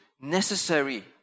necessary